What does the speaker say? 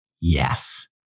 yes